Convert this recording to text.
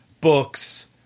books